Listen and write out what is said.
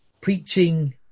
Preaching